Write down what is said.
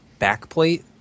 backplate